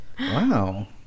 Wow